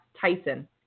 Tyson